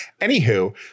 Anywho